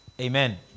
Amen